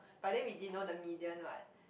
but then we didn't know the medium what